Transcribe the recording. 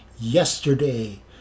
yesterday